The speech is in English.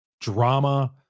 drama